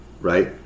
right